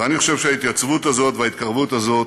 ואני חושב שההתייצבות הזאת, וההתקרבות הזאת,